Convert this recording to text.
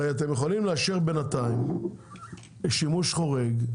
הרי אתם יכולים לאשר בינתיים לשימוש חורג,